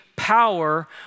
power